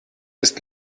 ist